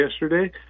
yesterday